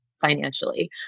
financially